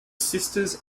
sisters